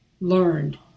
learned